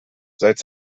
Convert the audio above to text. seit